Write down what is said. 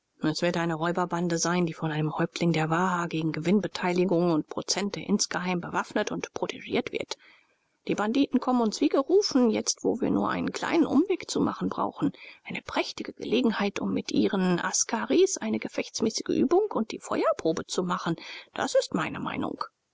es wird eine räuberbande sein die von einem häuptling der waha gegen gewinnbeteiligung und prozente insgeheim bewaffnet und protegiert wird die banditen kommen uns wie gerufen jetzt wo wir nur einen kleinen umweg zu machen brauchen eine prächtige gelegenheit um mit ihren askaris eine gefechtsmäßige übung und die feuerprobe zu machen das ist meine meinung